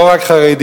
לא רק חרדיות,